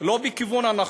לא בכיוון הנכון,